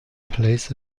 plays